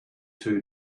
two